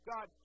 God